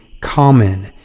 common